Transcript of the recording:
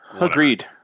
agreed